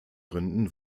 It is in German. gründen